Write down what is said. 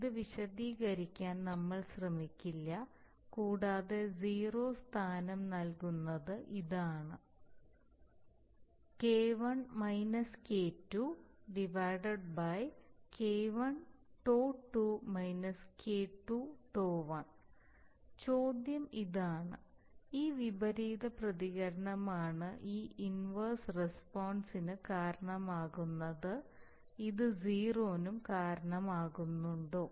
അത് വിശദീകരിക്കാൻ നമ്മൾ ശ്രമിക്കില്ല കൂടാതെ സീറോ സ്ഥാനം നൽകുന്നത് ഇതാണ് K1τ2 K2τ1 ചോദ്യം ഇതാണ് ഈ വിപരീത പ്രതികരണമാണ് ഈ ഇൻവർസ് റസ്പോൺസിന് കാരണമാകുന്നത് ഇത് സീറോനും കാരണമാകുന്നുണ്ടോ